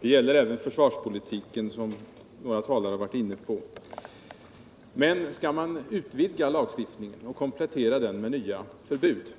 Det gäller även försvarspolitiken, som några talare har varit inne på. Men om man skall utvidga lagstiftningen och komplettera den med nya förbud